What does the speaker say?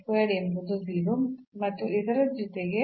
ಈಗ ನಾವು ಅನ್ನು ಲೆಕ್ಕಾಚಾರ ಮಾಡಿದರೆ ಇದು 0 ಆಗಿರುತ್ತದೆ